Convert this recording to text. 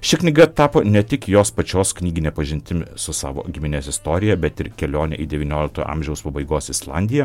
ši knyga tapo ne tik jos pačios knygine pažintimi su savo giminės istorija bet ir kelione į devyniolikto amžiaus pabaigos islandiją